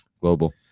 Global